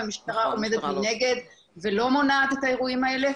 המשטרה עומדת מנגד ולא מונעת את האירועים האלה,